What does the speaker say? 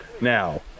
now